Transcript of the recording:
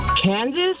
Kansas